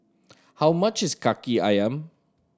how much is Kaki Ayam